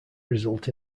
result